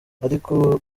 ariko